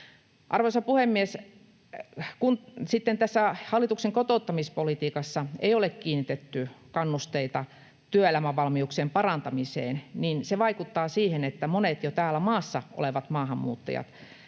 Arvoisa puhemies! Kun tässä hallituksen kotouttamispolitiikassa ei ole kiinnitetty kannusteita työelämävalmiuksien parantamiseen, niin se vaikuttaa siihen, että monien jo täällä maassa olevien maahanmuuttajien